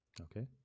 Okay